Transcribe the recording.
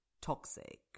toxic